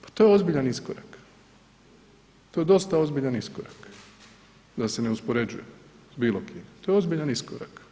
Pa to je ozbiljan iskorak, to je dosta ozbiljan iskorak da se ne uspoređujemo s bilo kim, to je ozbiljan iskorak.